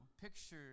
pictures